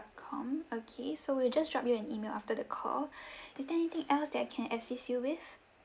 com okay so we'll just drop you an email after the call is there anything else that I can assist you with